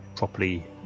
Properly